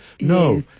No